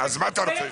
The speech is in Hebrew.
זה נראה רע.